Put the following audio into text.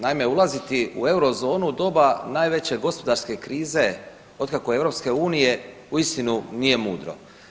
Naime, ulaziti u Eurozonu u doba najveće gospodarske krize otkako je EU uistinu nije mudro.